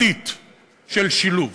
ממלכתית של שילוב.